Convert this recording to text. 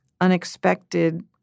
unexpected